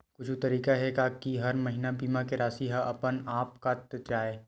कुछु तरीका हे का कि हर महीना बीमा के राशि हा अपन आप कत जाय?